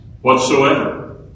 whatsoever